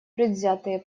предвзятые